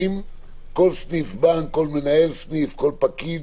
האם כל סניף בנק, כל מנהל סניף, כל פקיד,